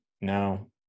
no